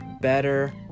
better